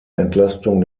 entlastung